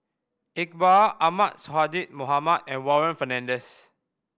Iqbal Ahmad Sonhadji Mohamad and Warren Fernandez